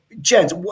gents